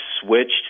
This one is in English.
switched